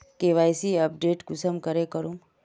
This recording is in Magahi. के.वाई.सी अपडेट कुंसम करे करूम?